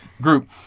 group